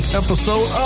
episode